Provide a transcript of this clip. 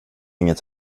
inget